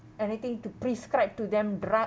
anything to prescribe to them drug